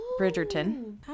Bridgerton